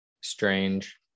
strange